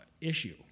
issue